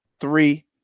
Three